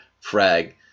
frag